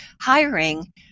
hiring